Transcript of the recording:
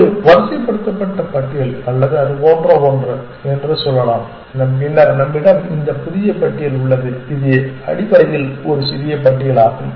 இது வரிசைப்படுத்தப்பட்ட பட்டியல் அல்லது அதுபோன்ற ஒன்று என்று சொல்லலாம் பின்னர் நம்மிடம் இந்த புதிய பட்டியல் உள்ளது இது அடிப்படையில் ஒரு சிறிய பட்டியல் ஆகும்